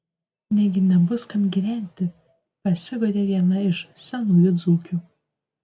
negi nebus kam gyventi pasiguodė viena iš senųjų dzūkių